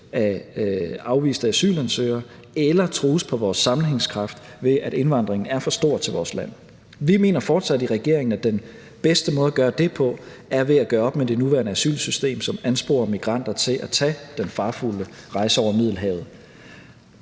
af afviste asylansøgere, eller trues på vores sammenhængskraft, ved at indvandringen er for stor til vores land. Vi mener fortsat i regeringen, at den bedste måde at gøre det på er ved at gøre op med det nuværende asylsystem, som ansporer migranter til at tage den farefulde rejse over Middelhavet,